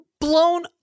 blown